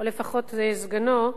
או לפחות סגנו,